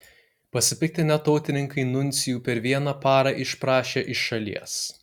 pasipiktinę tautininkai nuncijų per vieną parą išprašė iš šalies